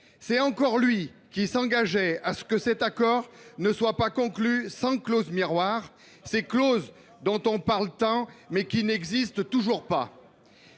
C’est encore lui qui s’engageait à ce que cet accord ne soit pas conclu sans clauses miroirs, ces dispositions dont on parle tant, mais qui n’existent toujours pas.